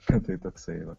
nu tai toksai vat